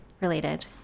related